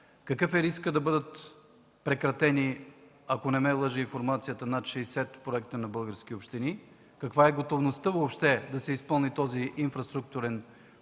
Какъв е рискът да бъдат прекратени, ако не ме лъже информацията, над 60 проекта на български общини? Каква е готовността въобще да се изпълни този инфраструктурен проект?